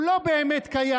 הוא לא באמת קיים.